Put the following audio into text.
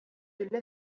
الذي